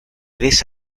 ves